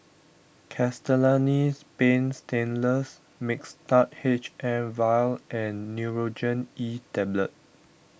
Castellani's Paint Stainless Mixtard H M vial and Nurogen E Tablet